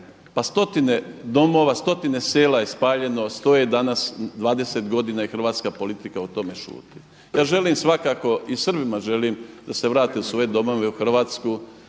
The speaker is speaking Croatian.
Pa stotine domova, stotine sela je spaljeno, stoje danas, 20 godina i hrvatska politika o tome šuti. Ja želim svakako i Srbima želim da se vrate u svoje domove u Hrvatsku.